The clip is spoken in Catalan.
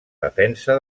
defensa